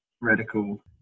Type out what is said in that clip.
radical